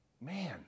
man